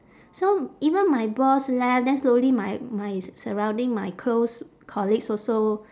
so even my boss left then slowly my my s~ surrounding my close colleagues also